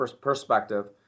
perspective